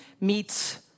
meets